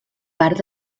part